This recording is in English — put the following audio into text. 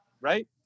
right